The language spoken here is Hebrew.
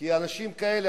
כי אנשים כאלה,